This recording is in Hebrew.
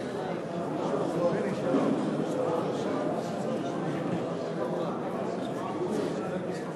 ממשלת מדינת ישראל לבין קבינט השרים של אוקראינה בדבר פטור